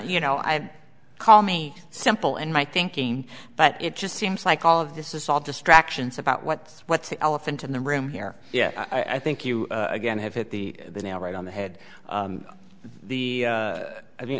you know i call me simple and my thinking but it just seems like all of this is all distractions about what's what's the elephant in the room here yeah i think you again have hit the nail right on the head the i mean